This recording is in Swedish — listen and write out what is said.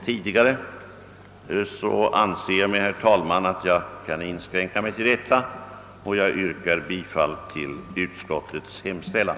Med anledning härav och i anslutning till vad jag anfört ber jag att få yrka bifall till utskottets hemställan.